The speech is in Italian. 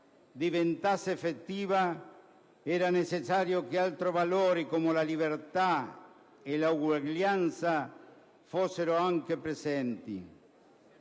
diventasse effettiva, era necessario che altri valori come la libertà e l'uguaglianza fossero anche presenti.